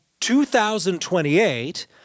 2028